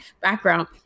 background